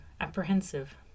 apprehensive